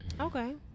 Okay